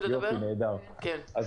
לדעתי,